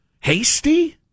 Hasty